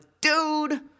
dude